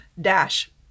dash